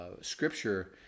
scripture